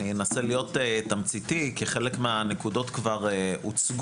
אני אנסה להיות תמציתי כי חלק מהנקודות כבר הוצגו,